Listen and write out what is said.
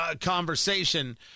conversation